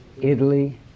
Italy